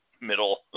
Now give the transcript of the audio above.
middle